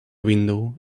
window